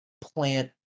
plant